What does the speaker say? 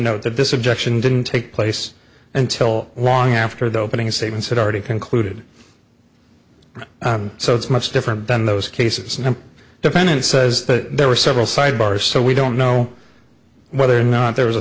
note that this objection didn't take place until long after the opening statements had already concluded so it's much different than those cases and the defendant says that there were several side bars so we don't know whether or not there was a